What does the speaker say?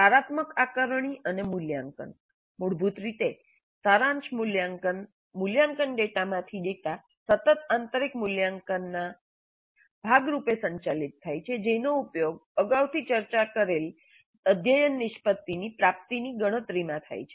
સારાત્મક આકારણી અને મૂલ્યાંકન મૂળભૂત રીતે સારાંશ મૂલ્યાંકન મૂલ્યાંકનમાંથી ડેટા સતત આંતરિક મૂલ્યાંકનના ભાગ રૂપે સંચાલિત થાય છે જેનો ઉપયોગ અગાઉથી ચર્ચા કરેલી અધ્યયન નિષ્પતિની પ્રાપ્તિની ગણતરીમાં થાય છે